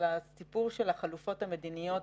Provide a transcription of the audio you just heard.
על הסיפור של החלופות המדיניות,